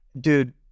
dude